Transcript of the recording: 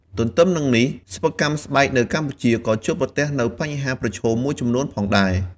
ទន្ទឺមនឹងនេះ សិប្បកម្មស្បែកនៅកម្ពុជាក៏ជួបប្រទះនូវបញ្ហាប្រឈមមួយចំនួនផងដែរ។